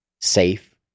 safe